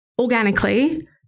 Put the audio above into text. organically